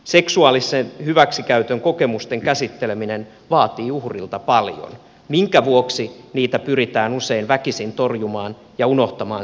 seksuaalisen hyväksikäytön kokemusten käsitteleminen vaatii uhrilta paljon minkä vuoksi niitä pyritään usein väkisin torjumaan ja unohtamaan siinä onnistumatta